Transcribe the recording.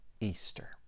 Easter